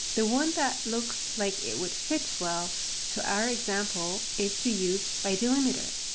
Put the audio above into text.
the one that looks like it would fit well to our example is to use by delimiter.